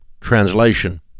translation